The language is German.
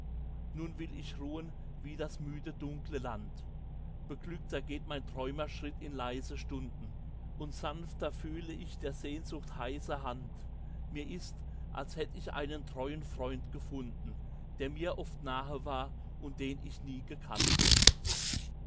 nun will ich ruhen wie das müde dunkle land beglückter geht mein träumerschritt in leise stunden und sanfter fühle ich der sehnsucht heiße hand mir ist als hätt ich einen treuen freund gefunden der mir oft nahe war und den ich nie gekannt